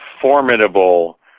formidable